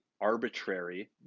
arbitrary